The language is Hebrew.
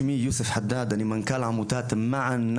אני מנכ"ל עמותת (אומר את שם העמותה בערבית)